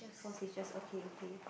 four stitches okay okay